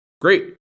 great